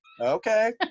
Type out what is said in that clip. Okay